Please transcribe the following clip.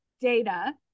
data